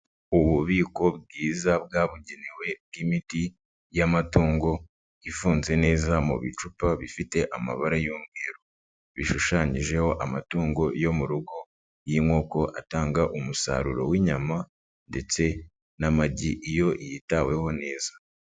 Ububiko bwiza bwabugenewe bw'imiti y'amatungo ifunze neza mu bicupa bifite amabara y'umweru, bishushanyijeho amatungo yo mu rugo y'inkoko atanga umusaruro w'inyama ndetse n'amagi, iyo yitaweho neza.